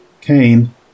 Cain